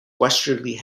westerly